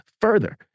further